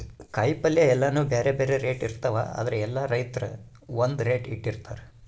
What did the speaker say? ಕಾಯಿಪಲ್ಯ ಎಲ್ಲಾನೂ ಬ್ಯಾರೆ ಬ್ಯಾರೆ ರೇಟ್ ಇರ್ತವ್ ಆದ್ರ ಎಲ್ಲಾ ರೈತರ್ ಒಂದ್ ರೇಟ್ ಇಟ್ಟಿರತಾರ್